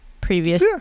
previous